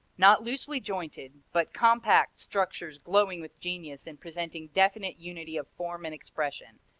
not loosely-jointed, but compact structures glowing with genius and presenting definite unity of form and expression,